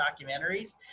documentaries